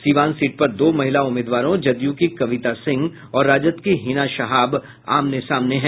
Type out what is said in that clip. Siwan seat पर दो महिला उम्मीदवारों जदयू की कविता सिंह और राजद की हिना शहाब आमने सामने हैं